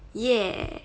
yeah